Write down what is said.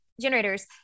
generators